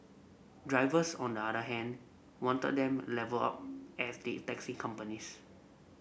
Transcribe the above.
drivers on the other hand wanted them levelled up as did taxi companies